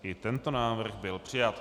I tento návrh byl přijat.